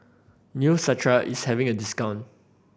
neostrata is having a discount